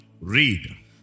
read